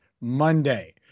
Monday